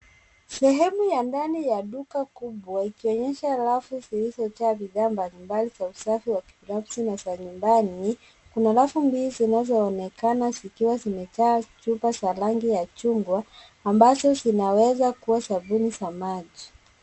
Sehemu ya ndani ya duka kubwa ikionyesha rafu zilizojaa bidhaa mbalimbali za usafi wa kibinafsi na za nyumbani. Kuna rafu mbili zinaonekana zikiwa zimejaa chupa za rangi ya chungwa, ambazo zinaweza kuwa sabuni za maji.